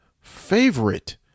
favorite